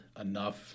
enough